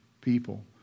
people